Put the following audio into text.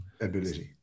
ability